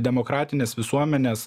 demokratinės visuomenės